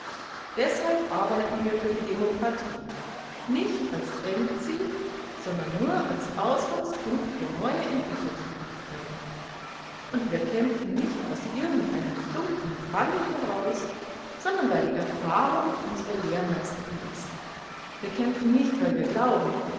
deshalb arbeiten wir für die demokratie nicht als endziel sondern nur als ausgangspunkt für neue entwicklungsmöglichkeiten und wir kämpfen nicht aus irgend einem dunklen drange heraus sondern weil die erfahrung unsere lehrmeisterin ist wir kämpfen nicht weil wir glauben